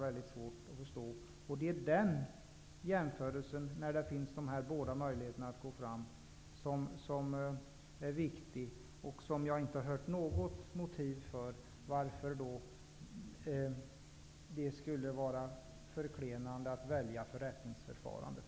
Vid en jämförelse av dessa båda möjligheter har jag inte hört något motiv för att det skulle vara förklenande att välja förrättningsförfarandet.